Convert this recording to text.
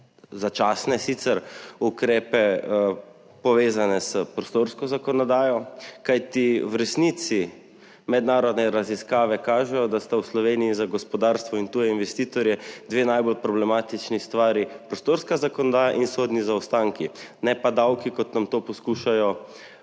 začasne ukrepe, povezane s prostorsko zakonodajo. Kajti v resnici mednarodne raziskave kažejo, da sta v Sloveniji za gospodarstvo in tuje investitorje dve najbolj problematični stvari prostorska zakonodaja in sodni zaostanki, ne pa davki, kot nam to poskuša